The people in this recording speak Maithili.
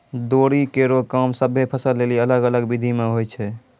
दौरी केरो काम सभ्भे फसल लेलि अलग अलग बिधि सें होय छै?